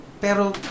pero